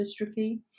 dystrophy